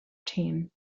team